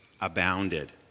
Abounded